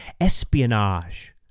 espionage